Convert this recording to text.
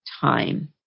time